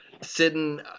sitting